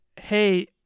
hey